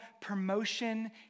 promotion